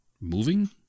moving